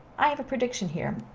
i have a prediction here.